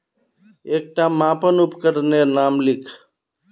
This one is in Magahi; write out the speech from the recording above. एकटा मापन उपकरनेर नाम लिख?